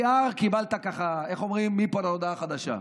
PR קיבלת ככה, איך אומרים, מפה ועד הודעה חדשה.